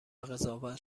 قضاوت